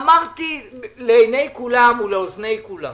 אמרתי לעיני כולם ולאוזני כולם